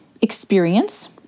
experience